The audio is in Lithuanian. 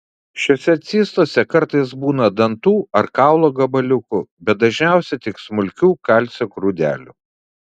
šiose cistose kartais būna dantų ar kaulo gabaliukų bet dažniausiai tik smulkių kalcio grūdelių